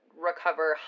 Recover